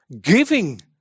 Giving